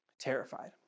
terrified